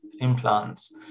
implants